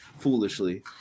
Foolishly